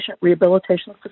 rehabilitation